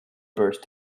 burst